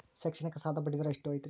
ಶೈಕ್ಷಣಿಕ ಸಾಲದ ಬಡ್ಡಿ ದರ ಎಷ್ಟು ಐತ್ರಿ?